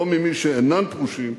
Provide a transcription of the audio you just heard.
"ולא ממי שאינם פרושים,